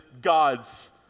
God's